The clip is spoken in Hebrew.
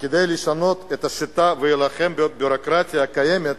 ולשנות את השיטה ולהילחם בביורוקרטיה הקיימת